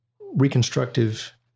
reconstructive